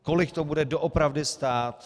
Kolik to bude doopravdy stát?